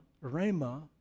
Rama